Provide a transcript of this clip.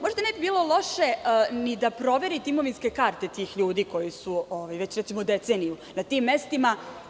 Možda ne bi bilo loše ni da proverite imovinske karte tih ljudi koji su već deceniju na tim mestima.